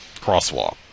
crosswalk